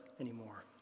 anymore